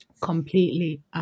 Completely